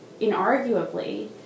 inarguably